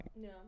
No